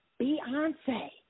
Beyonce